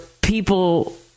people